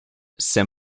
ces